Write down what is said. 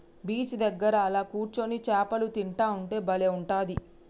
beach దగ్గర అలా కూర్చొని చాపలు తింటా ఉంటే బలే ఉంటది